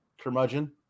curmudgeon